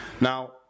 Now